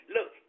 Look